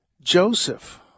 Joseph